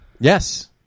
Yes